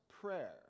prayer